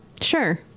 Sure